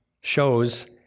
shows